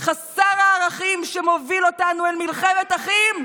חסר הערכים שמוביל אותנו אל מלחמת אחים,